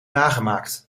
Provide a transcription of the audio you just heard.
nagemaakt